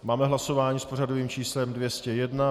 Máme hlasování s pořadovým číslem 201.